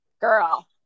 girl